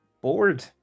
bored